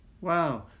Wow